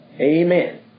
Amen